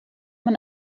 man